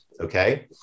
okay